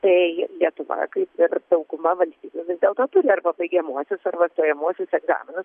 tai lietuva kaip ir dauguma valstybių vis dėlto turi arba baigiamuosius arba stojamuosius egzaminus